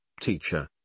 Teacher